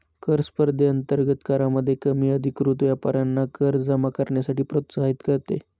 कर स्पर्धेअंतर्गत करामध्ये कमी अधिकृत व्यापाऱ्यांना कर जमा करण्यासाठी प्रोत्साहित करते